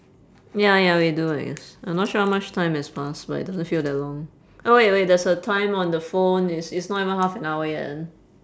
ya ya we do I guess I not sure how much time has passed but it doesn't feel that long oh wait wait there's a time on the phone it's it's not even half an hour yet